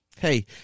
Hey